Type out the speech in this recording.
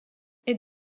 est